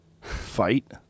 Fight